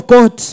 God